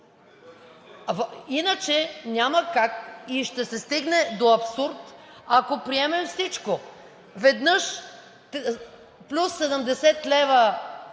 Иначе няма как и ще се стигне до абсурд, ако приемем всичко – веднъж плюс 70 лв.